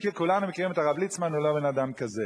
כולנו מכירים את הרב ליצמן, הוא לא בן-אדם כזה.